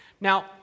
Now